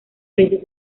veces